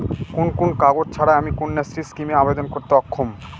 কোন কোন কাগজ ছাড়া আমি কন্যাশ্রী স্কিমে আবেদন করতে অক্ষম?